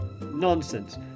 Nonsense